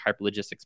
hyperlogistics